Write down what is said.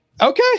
okay